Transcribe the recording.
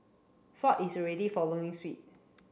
Ford is already following